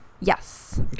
Yes